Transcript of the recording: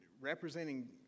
representing